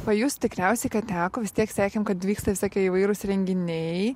pajust tikriausiai kad teko vis tiek sekėm kad vyksta visokie įvairūs renginiai